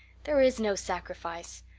there is no sacrifice.